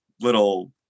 little